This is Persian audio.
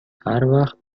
هروقت